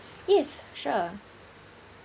yes sure